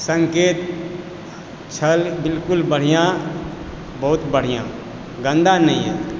संकेत छल बिलकुल बढ़िआँ बहुत बढ़िआँ गन्दा नहि यऽ